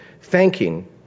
thanking